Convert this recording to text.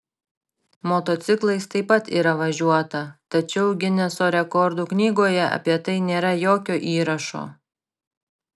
motociklais taip pat yra važiuota tačiau gineso rekordų knygoje apie tai nėra jokio įrašo